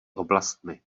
oblastmi